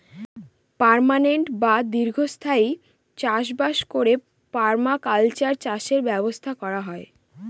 permanent বা দীর্ঘস্থায়ী চাষ বাস করে পারমাকালচার চাষের ব্যবস্থা করা হয়